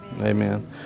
Amen